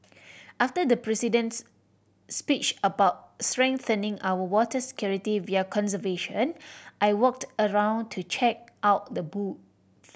after the President's speech about strengthening our water security via conservation I walked around to check out the booths